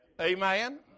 Amen